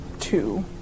two